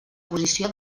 posició